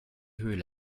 höhle